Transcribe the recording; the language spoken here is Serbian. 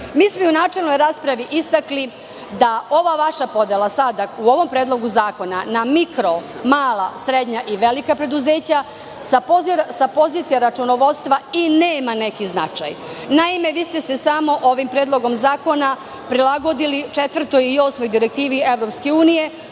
smo i u načelnoj raspravi istakli da ova vaša podela sada u ovom predlogu zakona – na mikro, mala, srednja i velika preduzeća, sa pozicija računovodstva i nema neki značaj. Naime, vi ste se samo ovim predlogom zakona prilagodili 4. i 8. Direktivi EU,